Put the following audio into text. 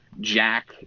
Jack